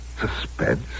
Suspense